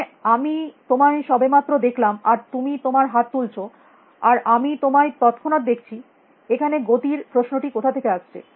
মানে আমি তোমায় সবে মাত্র দেখলাম আর তুমি তোমার হাত তুলছ আর আমি তোমায় তৎক্ষণাৎ দেখছি এখানে গতির প্রশ্নটি কোথা থেকে আসছে